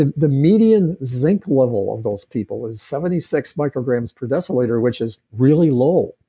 ah the median zinc level of those people is seventy six micrograms per deciliter, which is really low.